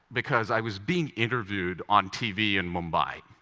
because i was being interviewed on tv in mumbai,